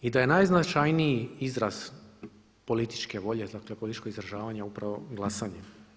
I da je najznačajniji izraz političke volje, dakle političkog izražavanja upravo glasanje.